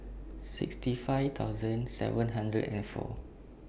sixty five thousand seven hundred and four